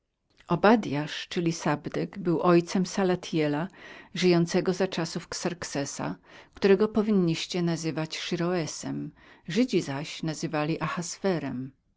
obadiah czyli sabdek był ojcem salatiela żyjącego za czasów xerxesa którego powinnibyście nazywać szyroesem żydzi zaś nazywali ahaszejrysem